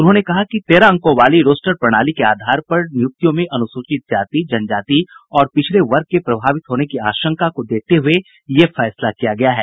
उन्होंने कहा कि तेरह अंकों वाली रोस्टर प्रणाली के आधार पर नियुक्तियों में अनुसूचित जाति जनजाति और पिछड़े वर्ग के प्रभावित होने की आशंका को देखते हये यह फैसला किया गया है